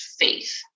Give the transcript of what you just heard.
faith